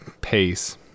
pace